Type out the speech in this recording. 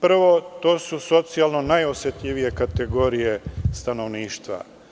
Prvo, to su socijalno najosetljivije kategorije stanovništva.